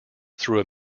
through